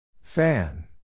Fan